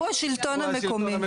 הוא השלטון המקומי?